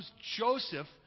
Joseph